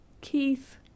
Keith